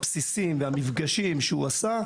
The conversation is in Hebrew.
הבסיסים והמפגשים שהוא עשה,